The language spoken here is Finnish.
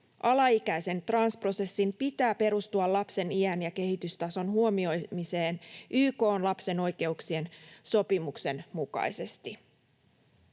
Alaikäisen transprosessin pitää perustua lapsen iän ja kehitystason huomioimiseen YK:n lapsen oikeuksien sopimuksen mukaisesti.